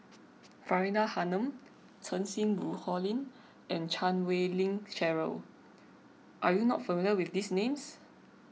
Faridah Hanum Cheng Xinru Colin and Chan Wei Ling Cheryl are you not familiar with these names